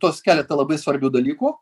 tuos keletą labai svarbių dalykų